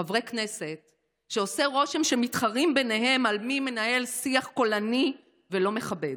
חברי כנסת שעושה רושם שהם מתחרים ביניהם מי מנהל שיח קולני ולא מכבד.